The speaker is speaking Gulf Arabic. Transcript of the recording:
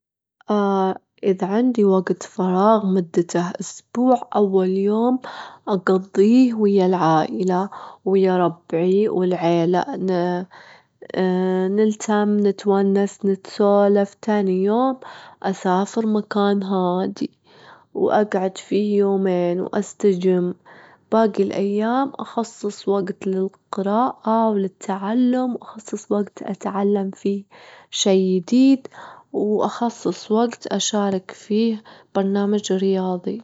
إذا عندي وقت فراغ مدته أسبوع أو ل يوم أجضيه ويا العائلة، ويا ربعي والعيلة، نلتم نتوانس نتسالف، تاني يوم أسافر مكان هادي وأجعد فيه يومين واستجم، باجي الأيام أخصص وقت للقراءة وللتعلم، وأخصص وقت أتعلم فيه شي يديد، وأخصص وجت أشارك فيه برنامج رياضي.